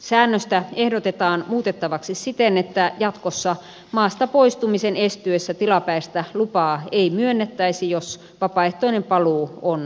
säännöstä ehdotetaan muutettavaksi siten että jatkossa maasta poistumisen estyessä tilapäistä lupaa ei myönnettäisi jos vapaaehtoinen paluu on mahdollinen